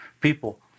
people